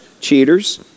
cheaters